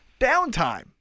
downtime